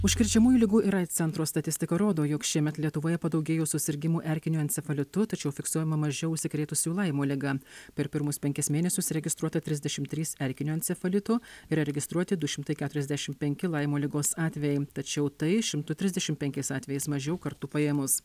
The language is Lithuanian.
užkrečiamųjų ligų ir aids centro statistika rodo jog šiemet lietuvoje padaugėjo susirgimų erkiniu encefalitu tačiau fiksuojama mažiau užsikrėtusių laimo liga per pirmus penkis mėnesius registruota trisdešim trys erkinio encefalitu yra registruoti du šimtai keturiasdešim penki laimo ligos atvejai tačiau tai šimtu trisdešim penkiais atvejais mažiau kartu paėmus